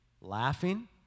laughing